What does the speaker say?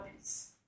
peace